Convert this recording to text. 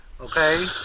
Okay